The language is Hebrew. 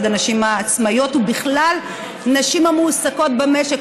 הנשים העצמאיות ובכלל נשים המועסקות במשק,